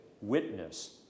witness